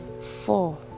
four